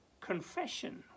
Confession